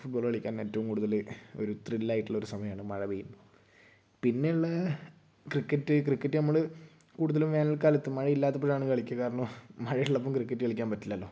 football കളിക്കാൻ ഏറ്റവും കൂടുതൽ ഒരു ത്രിൽ ആയിട്ട് ഉള്ള ഒരു സമയമാണ് മഴ പെയ്യും പിന്നെയുള്ള ക്രിക്കറ്റ് ക്രിക്കറ്റ് നമ്മൾ കൂടുതൽ വേനൽ കാലത്ത് മഴയില്ലാത്തപ്പോഴാണ് കളിക്കുക കാരണം മഴയുള്ളപ്പോൾ ക്രിക്കറ്റ് കളിക്കാൻ പറ്റില്ലല്ലോ